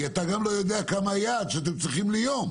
כי אתה גם לא יודע מה היעד שבו אתם צריכים להיות.